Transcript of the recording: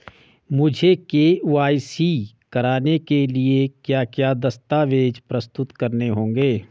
मुझे के.वाई.सी कराने के लिए क्या क्या दस्तावेज़ प्रस्तुत करने होंगे?